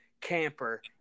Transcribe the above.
camper